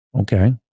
Okay